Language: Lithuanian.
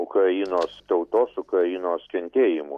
ukrainos tautos ukrainos kentėjimų